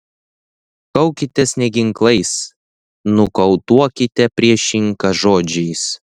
kaukitės ne ginklais nokautuokite priešininką žodžiais